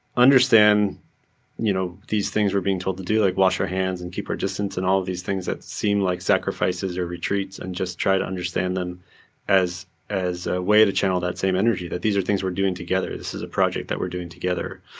understand you know these things we're being told to do, like wash our hands and keep our distance, and all of these things that seem like sacrifices or retreats, and just try to understand them as as a way to channel that same energy, that these are things we're doing together, this is a project that we're doing together,